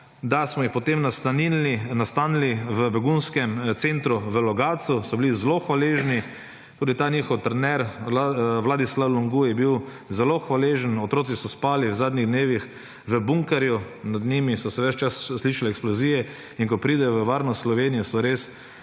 da smo jih, potem nastanili v begunskem centru v Logatcu so bili zelo hvaležni. Tudi ta njihov trener Vladislav Longu je bil zelo hvaležen otroci so spali v zadnjih dnevih v bunkerju nad njimi so se ves čas slišale eksplozije in ko pridejo v varno Slovenije so res